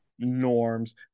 norms